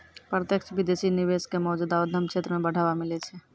प्रत्यक्ष विदेशी निवेश क मौजूदा उद्यम क्षेत्र म बढ़ावा मिलै छै